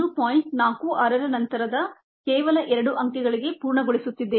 46 ರ ನಂತರದ ಕೇವಲ ಎರಡು ಅಂಕೆಗಳಿಗೆ ಪೂರ್ಣಗೊಳಿಸುತ್ತಿದ್ದೇನೆ